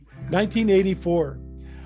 1984